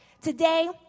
today